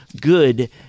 good